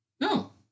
No